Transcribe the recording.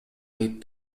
айып